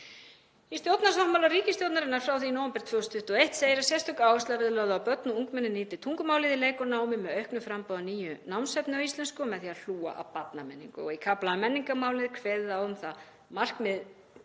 Í stjórnarsáttmála ríkisstjórnarinnar frá því í nóvember 2021 segir að sérstök áhersla verði lögð á að börn og ungmenni nýti tungumálið í leik og námi með auknu framboði á nýju námsefni á íslensku og með því að hlúa að barnamenningu. Í kafla um menningarmálin er kveðið á um það markmið